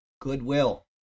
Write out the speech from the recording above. goodwill